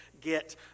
get